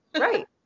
Right